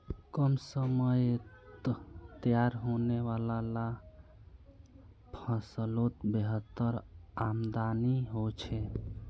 कम समयत तैयार होने वाला ला फस्लोत बेहतर आमदानी होछे